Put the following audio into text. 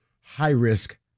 high-risk